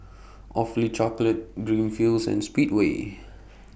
Awfully Chocolate Greenfields and Speedway